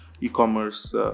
e-commerce